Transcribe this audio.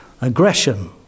Aggression